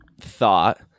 thought